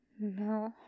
No